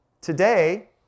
today